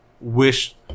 Wish